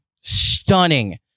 stunning